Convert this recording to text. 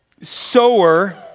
sower